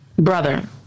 Brother